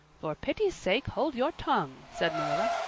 for pity's sake hold your tongue, said marilla.